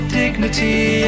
dignity